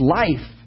life